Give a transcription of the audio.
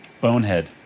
Bonehead